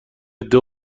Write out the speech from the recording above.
عده